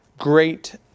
great